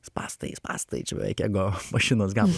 spąstai spąstai čia beveik ego mašinos ga